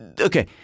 okay